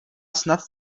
snad